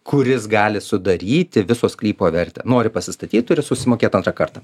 kuris gali sudaryti viso sklypo vertę nori pasistatyt turi susimokėt antrą kartą